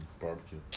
barbecue